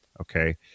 Okay